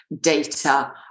data